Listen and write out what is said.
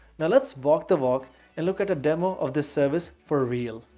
now let's walk the walk and look at a demo of this service for real.